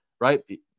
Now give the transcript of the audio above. right